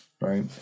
right